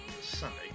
Sunday